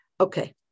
Okay